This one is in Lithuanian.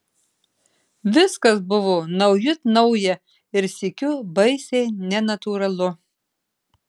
viskas buvo naujut nauja ir sykiu baisiai nenatūralu